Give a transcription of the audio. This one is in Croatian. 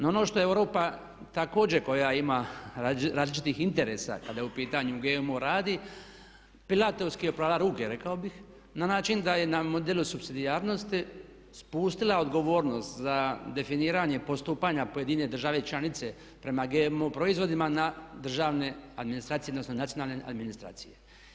No ono što Europa, također koja ima različitih interesa kada je u pitanju GMO, radi, Pilatovski je oprala ruke rekao bih na način da je na modelu supsidijarnosti spustila odgovornost za definiranje postupanja pojedine države članice prema GMO proizvodima na državne administracije odnosno nacionalne administracije.